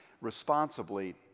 responsibly